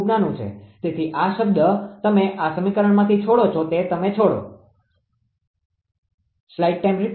તેથી આ શબ્દ તમે આ સમીકરણમાંથી છોડો છો તે તમે છોડો